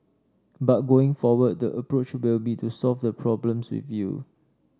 but going forward the approach will be to solve the problems with you